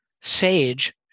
sage